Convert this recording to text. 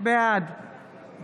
בעד נעמה